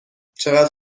چقدر